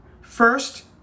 First